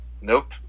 Nope